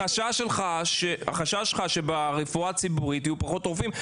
החשש שלך שברפואה הציבורית יהיו פחות רופאים,